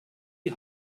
die